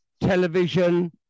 Television